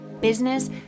business